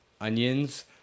Onions